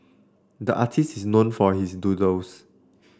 the artists is known for his doodles